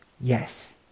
Yes